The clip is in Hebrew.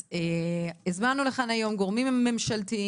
אז הזמנו לכאן היום גורמים ממשלתיים,